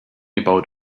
about